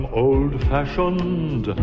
old-fashioned